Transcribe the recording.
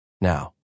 now